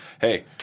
Hey